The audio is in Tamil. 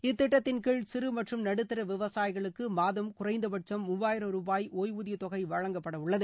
இத்திட்டத்தின் கீழ் சிறு மற்றும் நடுத்தர விவசாயிகளுக்கு மாதம் குறைந்தபட்சும் மூவாயிரம் ரூபாய் ஒய்வூதிய தொகை வழங்கப்பட உள்ளது